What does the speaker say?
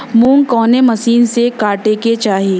मूंग कवने मसीन से कांटेके चाही?